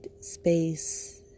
space